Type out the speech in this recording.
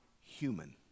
human